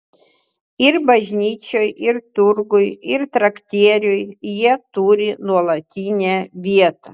ir bažnyčioj ir turguj ir traktieriuj jie turi nuolatinę vietą